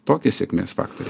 tokie sėkmės faktoriai